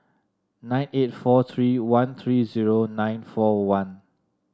nine eight four three one three zero nine four one